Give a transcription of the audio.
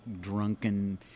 drunken